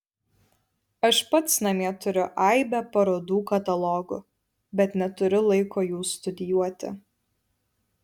aš pats namie turiu aibę parodų katalogų bet neturiu laiko jų studijuoti